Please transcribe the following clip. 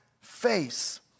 face